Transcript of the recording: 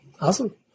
Awesome